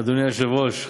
אדוני היושב-ראש,